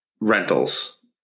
rentals